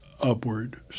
upward